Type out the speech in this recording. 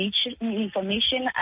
information